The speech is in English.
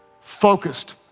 focused